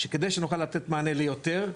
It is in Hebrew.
שכדי שנוכל לתת מענה ליותר,